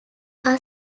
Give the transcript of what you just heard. are